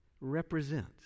represents